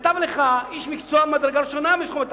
שכתב לך איש מקצוע מהמדרגה הראשונה מתחומי התחבורה,